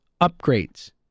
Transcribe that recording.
upgrades